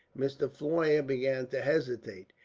mr. floyer began to hesitate,